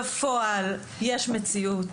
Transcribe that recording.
בפועל יש מציאות,